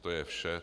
To je vše.